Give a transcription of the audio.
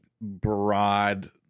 broad